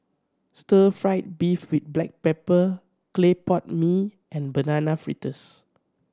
stir fried beef with black pepper clay pot mee and Banana Fritters